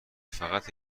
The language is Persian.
فقط